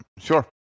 sure